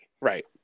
Right